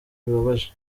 bibabaje